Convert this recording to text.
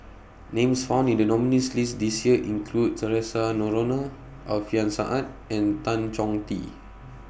Names found in The nominees' list This Year include Theresa Noronha Alfian Sa'at and Tan Chong Tee